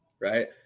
right